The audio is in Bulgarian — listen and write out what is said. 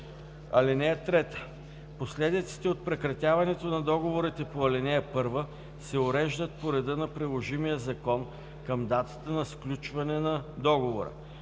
ал. 3. (3) Последиците от прекратяването на договорите по ал. 1 се уреждат по реда на приложимия закон към датата на сключване на договора.